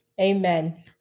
Amen